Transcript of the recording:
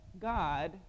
God